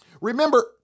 Remember